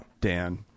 Dan